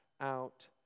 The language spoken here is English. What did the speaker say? out